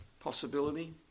Possibility